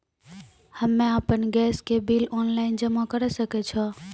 हम्मे आपन गैस के बिल ऑनलाइन जमा करै सकै छौ?